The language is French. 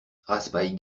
raspail